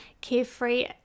carefree